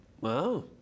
Wow